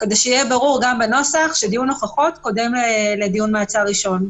כדי שיהיה ברור גם בנוסח שדיון הוכחות קודם לדיון מעצר ראשון.